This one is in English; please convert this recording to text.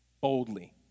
boldly